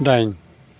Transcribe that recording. दाइन